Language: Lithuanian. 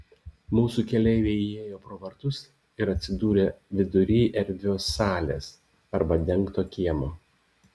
mūsų keleiviai įėjo pro vartus ir atsidūrė vidury erdvios salės arba dengto kiemo